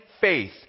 faith